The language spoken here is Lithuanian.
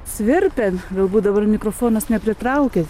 svirpia galbūt dabar mikrofonas nepritraukia